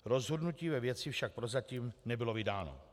Rozhodnutí ve věci však prozatím nebylo vydáno.